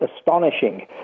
astonishing